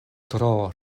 tro